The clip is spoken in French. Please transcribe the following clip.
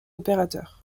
opérateurs